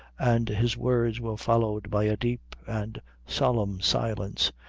and his words were followed by a deep and solemn silence,